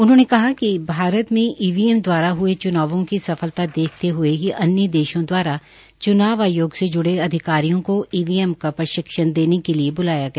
उन्होंने कहा कि भारत में ईवीएम द्वारा हये चूनावों की सफलता देखते हये ही अन्य देशों दवारा च्नाव आयोग से ज्ड़े अधिकारियों का ईवीएम का प्रशिक्षण देने के लिए बुलाया गया